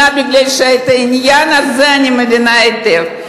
מפני שאת העניין הזה אני מבינה היטב.